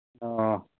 ꯑꯣ